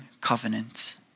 covenant